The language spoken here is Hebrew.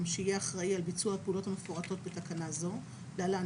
שיהיה אחראי על ביצוע הפעולות המפורטות בתקנה זו (להלן,